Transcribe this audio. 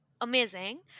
amazing